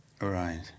Right